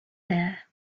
there